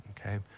okay